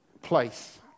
place